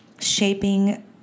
shaping